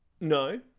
No